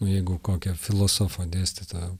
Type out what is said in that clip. jeigu kokia filosofo dėstytojo